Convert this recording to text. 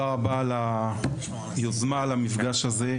כבוד היושב-ראש תודה רבה על היוזמה על המפגש הזה,